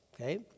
okay